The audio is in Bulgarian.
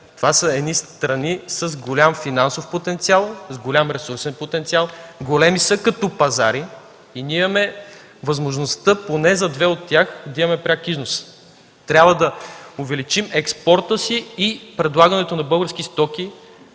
Това са страни с голям финансов потенциал, с голям ресурсен потенциал, големи са като пазари и ние имаме възможност, поне за две от тях да имаме пряк износ. Трябва да увеличим експорта си и предлагането на български стоки